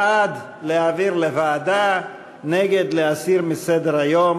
בעד, להעביר לוועדה, נגד, להסיר מסדר-היום.